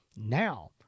Now